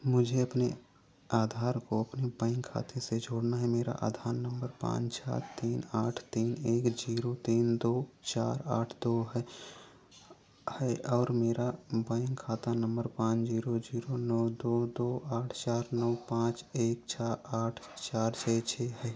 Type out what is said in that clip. मुझे अपने आधार को अपने बैंक खाते से जोड़ना है मेरा आधार नम्बर पाँच छः तीन आठ तीन एक जीरो तीन दो चार आठ दो है है और मेरा बैंक खाता नम्बर पाँच जीरो जीरो नौ दो दो आठ चार नौ पाँच एक छः आठ चार छः छः है